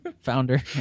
Founder